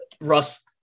russ